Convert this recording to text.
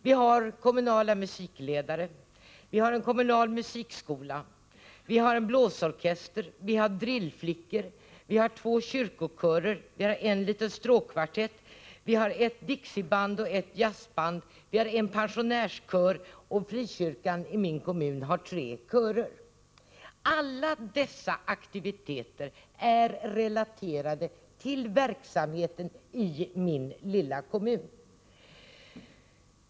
Vi har kommunala musikledare, en kommunal musikskola, blåsorkester, Drillflickor och två kyrkokörer. Vi har en liten stråkkvartett, ett dixieband och ett jazzband. Vi har en pensionärskör, och frikyrkan i min kommun har tre körer. Alla dessa aktiviteter är relaterade till verksamheten i min lilla kommun.